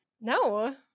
No